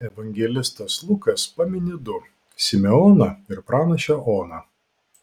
evangelistas lukas pamini du simeoną ir pranašę oną